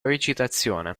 recitazione